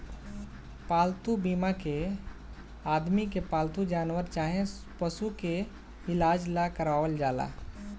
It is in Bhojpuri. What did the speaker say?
पालतू बीमा के आदमी के पालतू जानवर चाहे पशु के इलाज ला करावल जाला